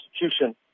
constitution